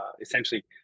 essentially